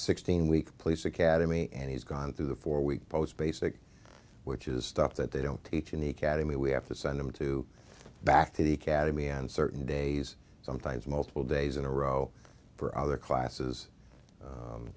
sixteen week police academy and he's gone through the four week post basic which is stuff that they don't teach in the academy we have to send them to back to the academy on certain days sometimes multiple days in a row for other classes